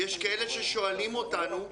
יש כאלה ששואלים אותנו: